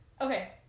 Okay